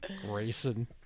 Grayson